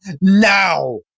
now